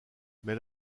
mais